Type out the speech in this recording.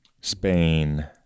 Spain